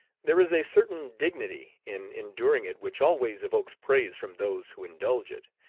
there is a certain dignity in enduring it which always evokes praise from those who indulge it,